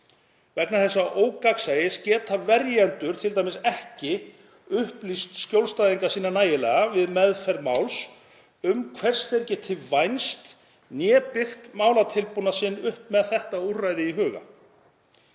Vegna þessa ógagnsæis geta verjendur hvorki upplýst skjólstæðinga sína nægilega, við meðferð máls, um hvers þeir geta vænst né byggt málatilbúnað sinn upp með þetta úrræði í huga.